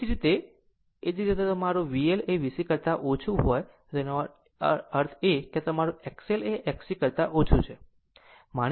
એ જ રીતે તે જ રીતે જો તે તમારું VL એ VC કરતા ઓછું હોય તો તેનો અર્થ એ કે તમારું XL એ Xc કરતા ઓછું છે